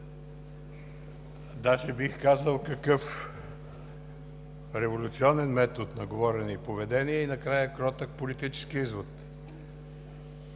Даже бих казал: какъв революционен метод на говорене и поведение и накрая кротък политически извод.